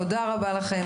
תודה רבה לכם.